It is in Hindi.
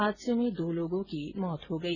हादसे में दो लोगों की मौत हो गई